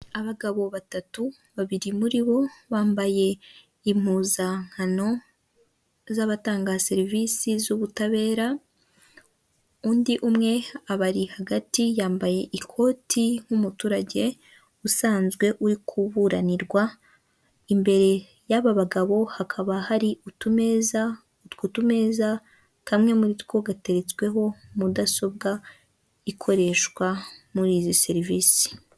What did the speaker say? Abagabo batatu babiri muri bo bambaye impuzankano z'abatanga serivisi zubutabera, undi umwe aba ari hagati yambaye ikoti nk'umuturage usanzwe uri kuburanirwa, imbere y'aba bagabo hakaba hari utumeza utwo tumeza kamwe muri two gatetsweho mudasobwa ikoreshwa muri izi serivisi.